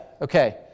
okay